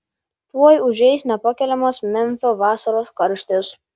tuoj užeis nepakeliamas memfio vasaros karštis